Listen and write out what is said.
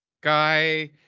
guy